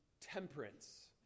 temperance